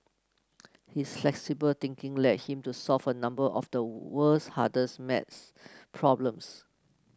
his flexible thinking led him to solve a number of the world's hardest maths problems